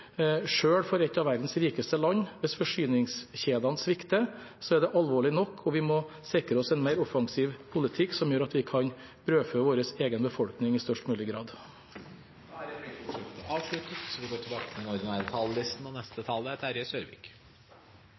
for et av verdens rikeste land. Hvis forsyningskjedene svikter, er det alvorlig nok, og vi må sikre oss en mer offensiv politikk, som gjør at vi kan brødfø vår egen befolkning i størst mulig grad. Replikkordskiftet er